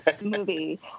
movie